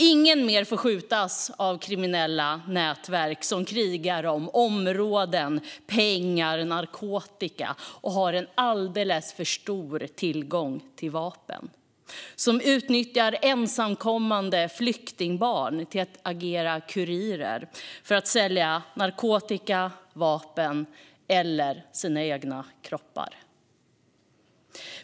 Ingen mer får skjutas av kriminella nätverk som krigar om områden, pengar och narkotika och har alldeles för stor tillgång till vapen och som utnyttjar ensamkommande flyktingbarn till att agera kurirer för att sälja narkotika, vapen eller sina egna kroppar.